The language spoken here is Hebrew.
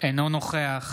אינו נוכח